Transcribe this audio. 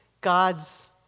God's